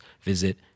visit